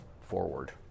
forward